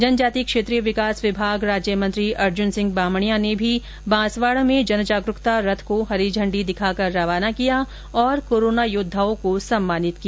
जनजातीय क्षेत्रीय विकास विभाग राज्य मंत्री अर्जुन सिंह बामणिया ने भी बांसवाडा में जन जागरूकता रथ को हरी झंडी दिखाकर रवाना किया और कोरोना योद्वाओं को सम्मानित किया